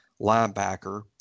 linebacker